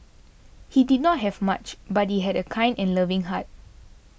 he did not have much but he had a kind and loving heart